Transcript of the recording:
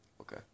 Okay